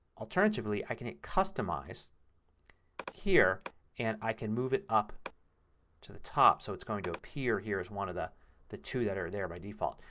alternatively, i can hit customize here and i can move it up to the top so it's going to appear here as one of the the two that are there by default.